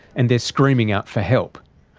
and they're screaming out for help.